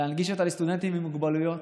להנגיש אותה לסטודנטים עם מוגבלויות,